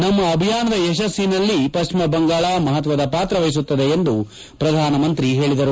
ನಮ್ನ ಅಭಿಯಾನದ ಯಶಸ್ಸಿನಲ್ಲಿ ಪಶ್ಚಿಮ ಬಂಗಾಳ ಮಹತ್ವದ ಪಾತ್ರ ವಹಿಸುತ್ತದೆ ಎಂದು ಪ್ರಧಾನಮಂತ್ರಿ ಹೇಳಿದರು